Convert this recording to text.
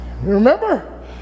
remember